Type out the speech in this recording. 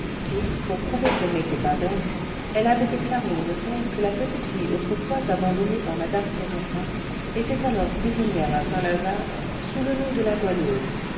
et pour prouver qu'elles n'étaient pas vaines elle avait déclaré au notaire que la petite fille autrefois abandonnée par mme séraphin était alors prisonnière à saint-lazare sous le nom de la goualeuse